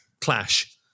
clash